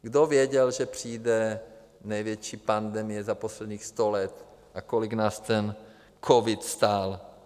Kdo věděl, že přijde největší pandemie za posledních sto let, a kolik nás covid stál?